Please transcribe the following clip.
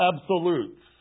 absolutes